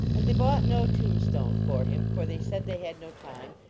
and they bought no tombstone for him, for they said they had no time,